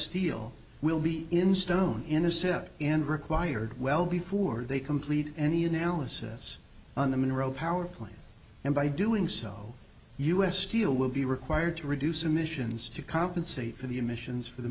steel will be in stone in the senate and required well before they complete any analysis on the monroe power plant and by doing so u s steel will be required to reduce emissions to compensate for the emissions for the